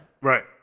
Right